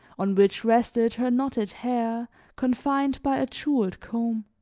on which rested her knotted hair confined by a jeweled comb